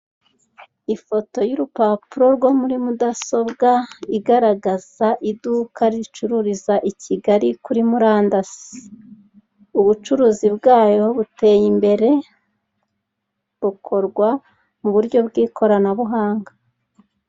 Ifoto y'urupapuro rwo muri mudasobwa igaragaza iduka ricururiza i Kigali kuri murandasi. Ubucuruzi bwayo buteye imbere, bukorwa mu buryo bw'ikoranabuhanga.